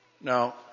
Now